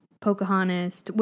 Pocahontas